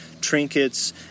trinkets